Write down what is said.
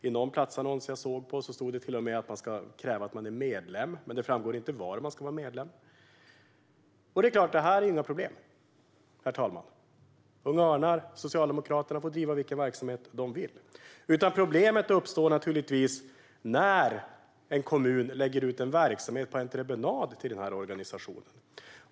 I en platsannons jag såg stod det till och med att det krävs att man är medlem, men det framgick inte var. Detta är inga problem, herr talman. Unga Örnar och Socialdemokraterna får bedriva vilken verksamhet de vill. Problemet uppstår när en kommun lägger ut en verksamhet på entreprenad till denna organisation.